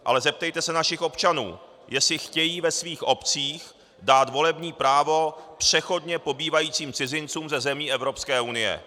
Ale zeptejte se našich občanů, jestli chtějí ve svých obcích dát volební právo přechodně pobývajícím cizincům ze zemí Evropské unie.